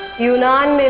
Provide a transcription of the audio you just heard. do not